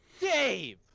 Dave